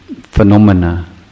phenomena